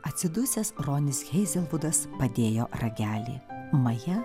atsidusęs ronis heizelvudas padėjo ragelį maja